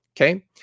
okay